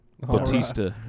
Batista